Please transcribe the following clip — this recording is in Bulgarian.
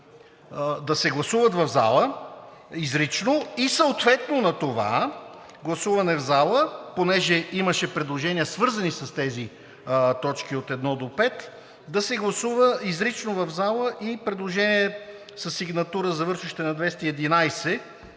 да се гласуват в залата изрично. Съответно на това гласуване в залата, понеже имаше предложения, свързани с тези точки от 1 – 5, да се гласува изрично в залата и предложение със сигнатура, завършваща на 211,